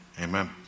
Amen